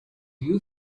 you